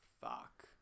fuck